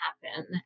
happen